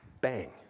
bang